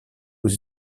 aux